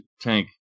Tank